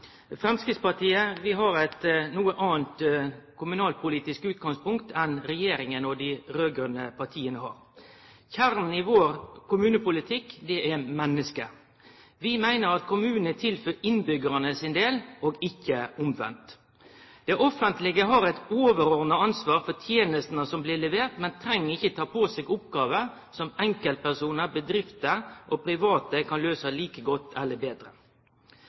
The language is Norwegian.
Framstegspartiet har eit noko anna kommunalpolitisk utgangspunkt enn det regjeringa og dei raud-grøne partia har. Kjernen i vår kommunepolitikk er mennesket. Vi meiner at kommunane er til for innbyggjarane sin del, og ikkje omvendt. Det offentlege har eit overordna ansvar for tenestene som blir leverte, men treng ikkje å ta på seg oppgåver som enkeltpersonar, bedrifter og private kan løyse like godt eller betre.